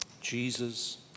Jesus